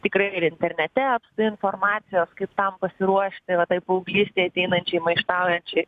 tikrai ir internete apstu informacijos kaip tam pasiruošti va tai paauglystei ateinančiai maištaujančiai